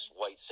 white